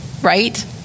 right